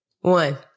one